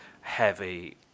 heavy